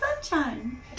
sunshine